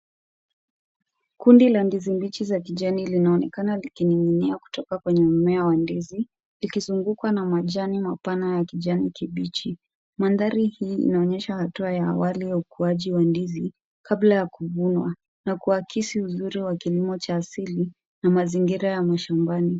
Kundi la ndizi mbichi za kijani linaonekana likining'inia kutoka kwenye mmea wa ndizi. Ilikizungukwa na majani mapana ya kijani kibichi. Mandhari hii inaonyesha hatua ya awali ya ukuaji wa ndizi, kabla ya kuvunwa, na kuakisi uzuri wa kilimo cha asili na mazingira ya mashambani.